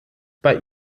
bei